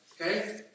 Okay